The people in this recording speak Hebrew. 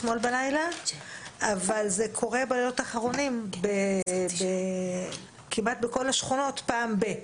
אבל זה קורה בלילות האחרונים כמעט בכל השכונות פעם בכמה זמן.